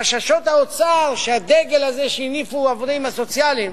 חשש האוצר שהדגל הזה שהניפו העובדים הסוציאליים